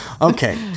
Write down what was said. Okay